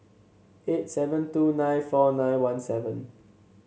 eight seven two nine four nine one seven